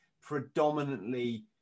predominantly